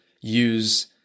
use